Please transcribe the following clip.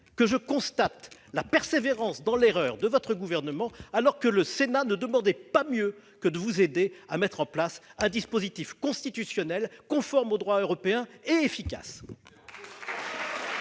que je constate la persévérance dans l'erreur de ce gouvernement, alors que le Sénat ne demandait pas mieux que de l'aider à mettre en place un dispositif constitutionnel, conforme au droit européen et efficace